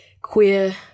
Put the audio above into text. queer